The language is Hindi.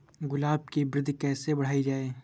गुलाब की वृद्धि कैसे बढ़ाई जाए?